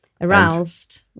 aroused